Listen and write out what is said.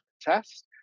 test